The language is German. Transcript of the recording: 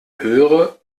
höhere